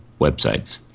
websites